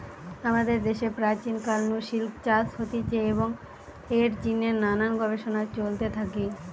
আমাদের দ্যাশে প্রাচীন কাল নু সিল্ক চাষ হতিছে এবং এর জিনে নানান গবেষণা চলতে থাকি